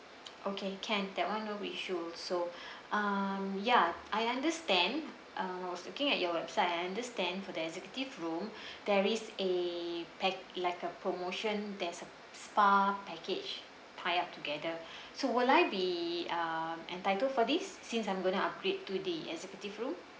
okay can that [one] no issue so um ya I understand uh I was looking at your website I understand for the executive room there is a pack like a promotion there's a s~ spa package tie up together so will I be uh entitled for this since I'm going to upgrade to the executive room